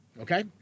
Okay